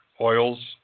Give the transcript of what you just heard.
oils